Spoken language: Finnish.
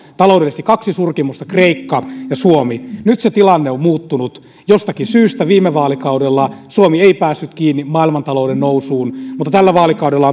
taloudellisesti kaksi surkimusta kreikka ja suomi nyt se tilanne on muuttunut jostakin syystä viime vaalikaudella suomi ei päässyt kiinni maailmantalouden nousuun mutta tällä vaalikaudella